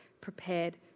prepared